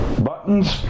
buttons